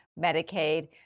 Medicaid